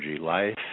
Life